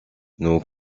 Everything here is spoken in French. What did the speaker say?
nous